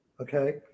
okay